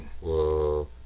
Whoa